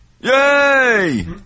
Yay